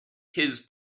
his